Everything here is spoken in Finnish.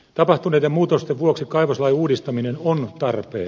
tapahtuneiden muutosten vuoksi kaivoslain uudistaminen on tarpeen